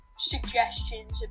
Suggestions